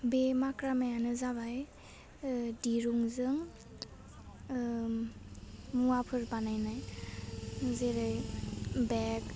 बे माक्रामायानो जाबाय ओह दिरुंजों ओम मुवाफोर बानायनाय जेरै बेग